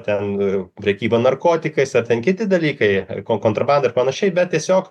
ten prekyba narkotikais ar ten kiti dalykai ar kontrabanda ir panašiai bet tiesiog